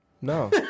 No